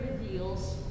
reveals